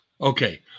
Okay